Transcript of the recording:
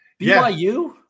BYU